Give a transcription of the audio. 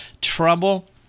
trouble